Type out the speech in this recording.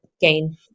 gain